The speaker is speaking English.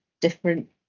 different